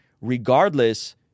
regardless